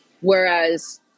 Whereas